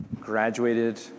graduated